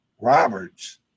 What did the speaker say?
Roberts